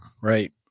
Right